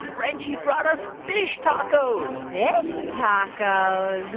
reggie brought us fish tacos fish tacos?